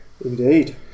Indeed